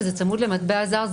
שזה צמוד למטבע זר,